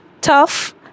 tough